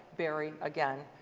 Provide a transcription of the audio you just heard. barrie, again,